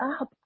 up